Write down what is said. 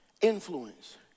influence